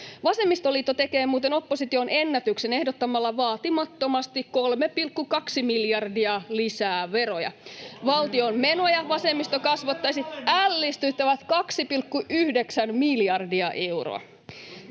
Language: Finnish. Vasemmistoliitto tekee muuten opposition ennätyksen ehdottamalla vaatimattomasti 3,2 miljardia lisää veroja. Valtion menoja vasemmisto kasvattaisi ällistyttävät 2,9 miljardia euroa.